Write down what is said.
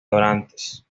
donantes